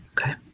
Okay